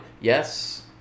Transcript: Yes